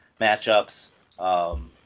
matchups